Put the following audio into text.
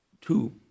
two